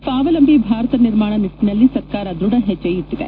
ಸ್ವಾವಲಂಬಿ ಭಾರತ ನಿರ್ಮಾಣ ನಿಟ್ಟಿನಲ್ಲಿ ಸರ್ಕಾರ ದ್ವಧ ಹೆಜ್ಜೆ ಇಟ್ಟಿದೆ